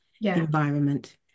environment